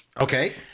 Okay